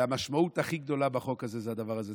והמשמעות הכי גדולה בחוק הזה זה הדבר הזה,